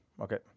okay